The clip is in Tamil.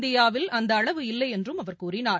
இந்தியாவில் அந்த அளவு இல்லை என்றும் அவர் கூறினார்